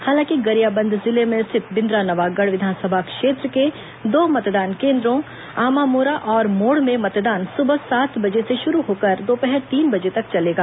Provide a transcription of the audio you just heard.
हालांकि गरियाबंद जिले में स्थित बिंद्रानवागढ़ विधानसभा क्षेत्र के दो मतदान केंद्रों आमामोरा और मोढ़ मे मतदान सुबह सात बजे से शुरू होकर दोपहर तीन बजे तक चलेगा